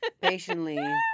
Patiently